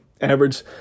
average